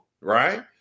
Right